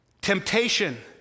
Temptation